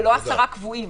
זה לא עשרה קבועים.